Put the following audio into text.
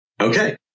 Okay